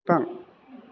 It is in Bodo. बिफां